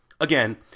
Again